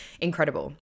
incredible